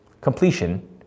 Completion